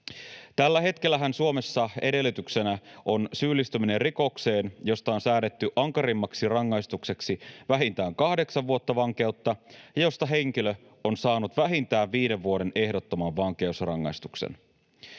Tällä hetkellähän Suomessa edellytyksenä on syyllistyminen rikokseen, josta on säädetty ankarimmaksi rangaistukseksi vähintään 8 vuotta vankeutta ja josta henkilö on saanut vähintään 5 vuoden ehdottoman vankeusrangaistuksen.